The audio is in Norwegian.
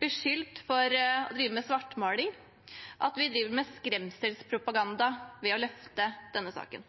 beskyldt for å drive med svartmaling, at vi driver med skremselspropaganda ved å løfte denne saken.